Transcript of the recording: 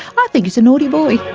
i think he's a naughty boy.